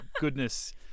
goodness